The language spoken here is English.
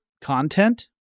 content